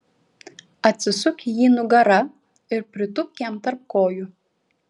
atsisuk į jį nugara ir pritūpk jam tarp kojų